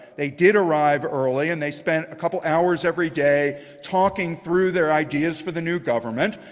they did arrive early. and they spent a couple hours every day talking through their ideas for the new government.